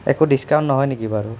একো ডিছকাঊণ্ট নহয় নেকি বাৰু